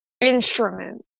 instrument